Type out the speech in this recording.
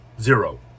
zero